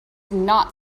not